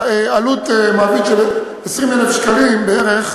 עלות מעביד של 20,000 שקלים בערך,